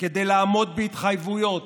כדי לעמוד בהתחייבויות,